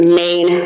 main